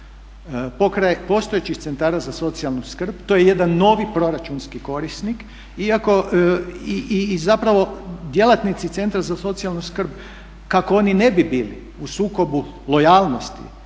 Pokraj postojećih centara za socijalnu skrb to je jedan novi proračunski korisnik iako i zapravo djelatnici centra za socijalnu skrb kako oni ne bi bili u sukobu lojalnosti,